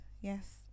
Yes